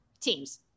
teams